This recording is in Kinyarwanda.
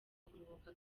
kuruhuka